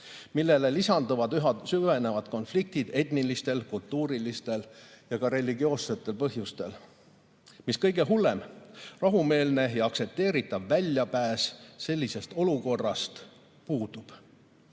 millele lisanduvad üha süvenevad konfliktid etnilistel, kultuurilistel ja ka religioossetel põhjustel. Mis kõige hullem: rahumeelne ja aktsepteeritav väljapääs sellisest olukorrast puudub.